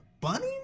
bunny